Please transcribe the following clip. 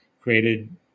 created